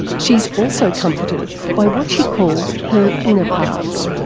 she is also comforted by what she calls her inner parts.